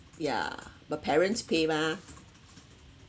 ya but parents pay mah